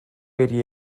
wedi